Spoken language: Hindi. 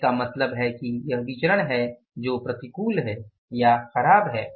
तो इसका मतलब है कि यह विचरण है जो प्रतिकूल है या ख़राब है